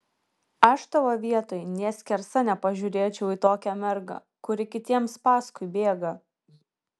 aš tavo vietoj nė skersa nepažiūrėčiau į tokią mergą kuri kitiems paskui bėga